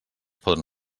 poden